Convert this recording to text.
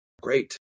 great